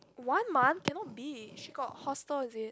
one month cannot be she got hostel is it